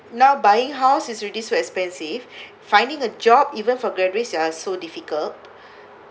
now buying house is already so expensive finding a job even for graduate they are so difficult